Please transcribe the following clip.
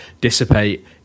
dissipate